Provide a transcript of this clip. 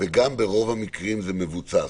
וגם ברוב המקרים זה מבוצע.